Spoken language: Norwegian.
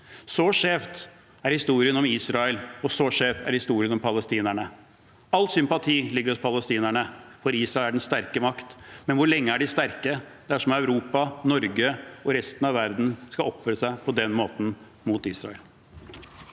Så skjev er historien om Israel, og så skjev er historien om palestinerne. All sympati ligger hos palestinerne, for Israel er den sterke makt. Men hvor lenge er de sterke, dersom Europa, Norge og resten av verden skal oppføre seg på den